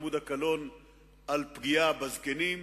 אתם פוגעים בזקנים,